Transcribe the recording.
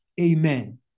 Amen